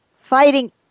fighting